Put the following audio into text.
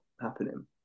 happening